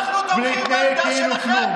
אנחנו יודעים להיות נאמנים לשותפים.